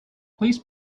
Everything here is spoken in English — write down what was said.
please